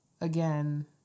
again